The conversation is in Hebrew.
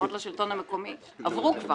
הבחירות לשלטון המקומי עברו כבר.